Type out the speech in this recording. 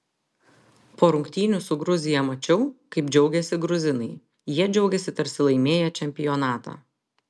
po rungtynių su gruzija mačiau kaip džiaugėsi gruzinai jie džiaugėsi tarsi laimėję čempionatą